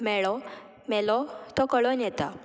मेळो मेलो तो कळोन येता